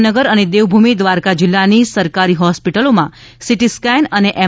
જામનગર અને દેવભૂમિ દ્વારકા જિલ્લાની સરકારી હોસ્પિટલોમાં સિટિસ્કેન અને એમ